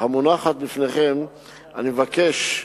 המונחת בפניכם אני מבקש,